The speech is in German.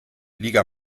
liga